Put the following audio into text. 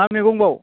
मा मैगंबाव